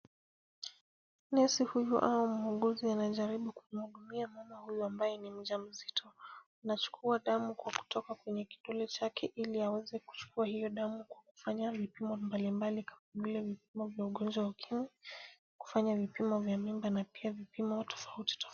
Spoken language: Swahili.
Nesi huyu au muuguzi anajaribu kumhudumia mama huyu ambaye ni mjamzito, anachukua damu kwa kutoka kwenye kidole chake ili aweze kuchukua hiyo damu kufanya vipimo mbalimbali kama vile vipimo vya ugonjwa wa ukimwi, kufanya vipimo vya mimba na pia vipimo tofauti tofauti.